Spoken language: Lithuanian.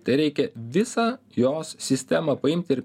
tai reikia visą jos sistemą paimt ir